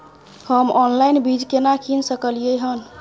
हम ऑनलाइन बीज केना कीन सकलियै हन?